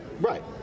Right